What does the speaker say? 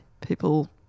people